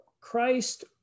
Christ